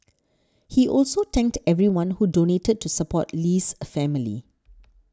he also thanked everyone who donated to support Lee's a family